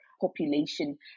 population